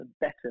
better